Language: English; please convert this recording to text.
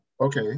Okay